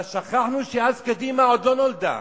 אבל שכחנו שאז קדימה עוד לא נולדה,